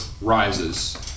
rises